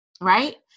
right